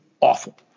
awful